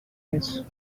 place